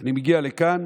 אני מגיע לכאן